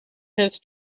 his